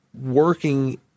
working